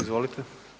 Izvolite.